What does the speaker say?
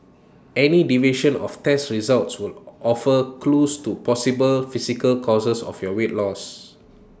any deviation of test results will offer clues to possible physical causes of your weight loss